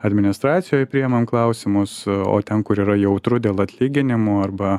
administracijoj priimam klausimus o ten kur yra jautru dėl atlyginimų arba